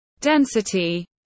density